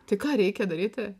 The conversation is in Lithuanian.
tai ką reikia daryti